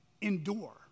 endure